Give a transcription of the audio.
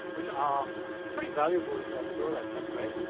which are pretty valuable if you wanna grow that site, right.